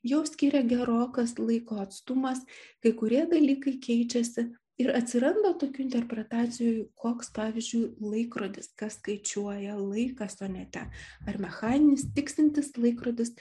jau skiria gerokas laiko atstumas kai kurie dalykai keičiasi ir atsiranda tokių interpretacijų koks pavyzdžiui laikrodis kas skaičiuoja laiką sonete ar mechaninis tiksintis laikrodis